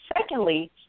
secondly